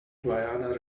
guiana